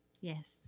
Yes